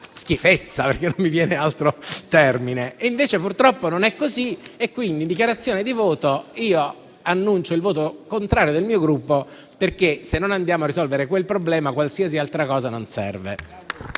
schifezza, non mi viene altro termine. Invece purtroppo non è così e quindi, in dichiarazione di voto, annuncio il voto contrario del mio Gruppo, perché, se non andiamo a risolvere quel problema, qualsiasi altra cosa non serve.